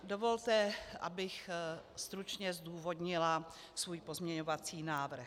Dovolte, abych stručně zdůvodnila svůj pozměňovací návrh.